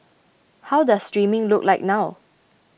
how does streaming look like now